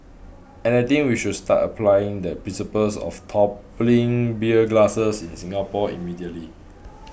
and I think we should start applying the principles of toppling beer glass in Singapore immediately